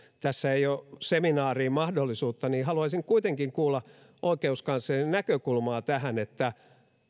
tässä ei ole seminaariin mahdollisuutta niin haluaisin kuitenkin kuulla oikeuskanslerin näkökulmaa tähän että